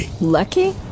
Lucky